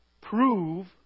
prove